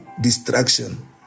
distraction